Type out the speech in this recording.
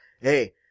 hey